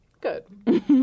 Good